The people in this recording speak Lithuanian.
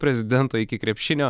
prezidento iki krepšinio